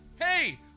hey